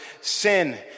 sin